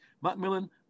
Macmillan